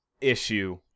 issue